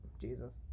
Jesus